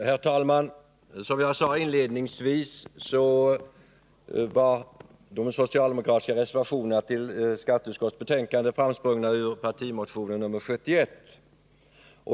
Herr talman! Som jag sade i mitt huvudanförande var de socialdemokratiska reservationerna i skatteutskottets betänkande framsprungna ur partimotionen nr 71.